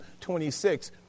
26